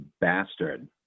bastard